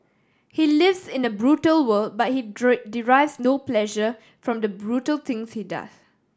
he lives in a brutal world but he derives no pleasure from the brutal things he does